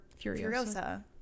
Furiosa